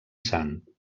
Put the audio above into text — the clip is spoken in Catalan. sant